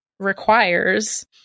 Requires